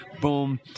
Boom